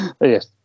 Yes